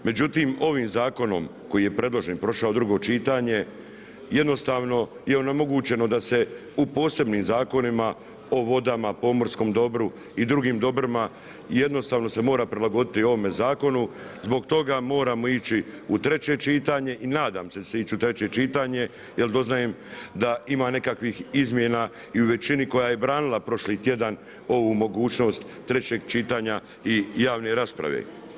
Međutim ovim zakonom koji je predložen prošao drugo čitanje, jednostavno je onemogućeno da se u posebnim zakonima o vodama, pomorskom dobru i drugim dobrima, jednostavno se mora prilagoditi ovom zakonu, zbog toga moramo ići u treće čitanje i nadam se da će se ići u treće čitanje, jer doznajem da ima nekakvih izmjena i u većini koja je branila prošli tjedan ovu mogućnost trećeg čitanja i javne rasprave.